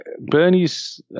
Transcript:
Bernie's